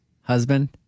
husband